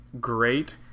great